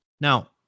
Now